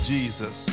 Jesus